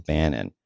Bannon